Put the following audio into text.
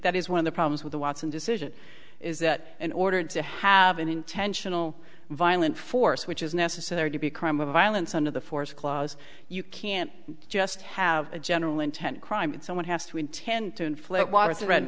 that is one of the problems with the watson decision is that in order to have an intentional violent force which is necessary to be a crime of violence under the force clause you can't just have a general intent crime that someone has to intend to inflict waters th